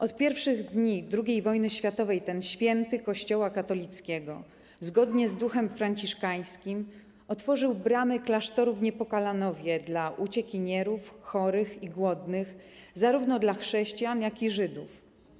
Od pierwszych dni II wojny światowej ten święty Kościoła katolickiego zgodnie z duchem franciszkańskim otworzył bramy klasztoru w Niepokalanowie dla uciekinierów, chorych i głodnych, zarówno dla chrześcijan, jak i Żydów.